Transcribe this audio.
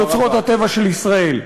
מאוצרות הטבע של ישראל.